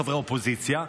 חברי האופוזיציה,